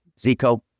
Zico